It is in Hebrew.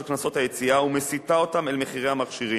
קנסות היציאה ומסיטה אותם אל מחירי המכשירים,